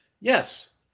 Yes